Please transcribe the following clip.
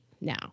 now